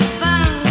fun